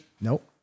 Nope